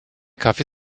kaffee